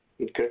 Okay